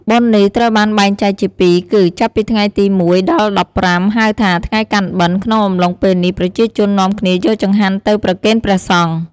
បុណ្យនេះត្រូវបានបែងចែកជា២គឺ ចាប់ពីថ្ងៃទី ១ ដល់ ១៥ ហៅថាថ្ងៃកាន់បិណ្ឌក្នុងអំឡុងពេលនេះប្រជាជននាំគ្នាយកចង្ហាន់ទៅប្រគេនព្រះសង្ឃ។